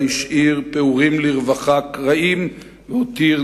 אלא השאיר פעורים לרווחה קרעים והותיר